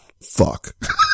fuck